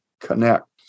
connect